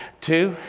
two,